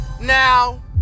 Now